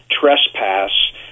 trespass